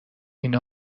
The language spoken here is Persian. این